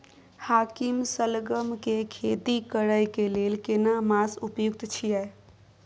हाकीम सलगम के खेती करय के लेल केना मास उपयुक्त छियै?